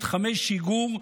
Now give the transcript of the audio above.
מתחמי שיגור,